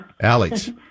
Alex